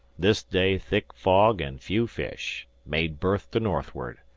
this day thick fog and few fish. made berth to northward.